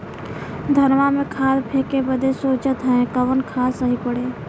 धनवा में खाद फेंके बदे सोचत हैन कवन खाद सही पड़े?